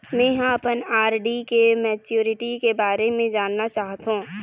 में ह अपन आर.डी के मैच्युरिटी के बारे में जानना चाहथों